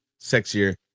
sexier